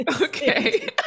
Okay